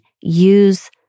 use